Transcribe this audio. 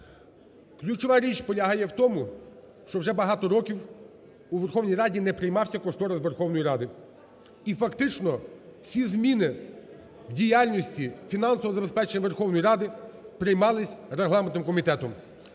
Ключова річ полягає в тому, що вже багато років у Верховній Раді не приймався кошторис Верховної Ради. І фактично всі зміни в діяльності фінансового забезпечення Верховної Ради приймались Регламентним комітетом.